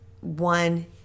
one